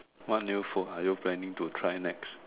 what new food are you planning to try next